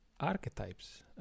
archetypes